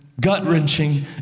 gut-wrenching